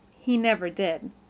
he never did.